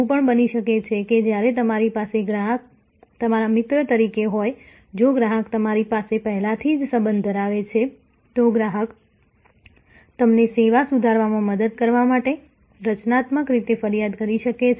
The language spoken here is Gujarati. એવું પણ બની શકે છે કે જ્યારે તમારી પાસે ગ્રાહક તમારા મિત્ર તરીકે હોય જો ગ્રાહક તમારી સાથે પહેલાથી જ સંબંધ ધરાવે છે તો ગ્રાહક તમને સેવા સુધારવામાં મદદ કરવા માટે રચનાત્મક રીતે ફરિયાદ કરી શકે છે